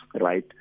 right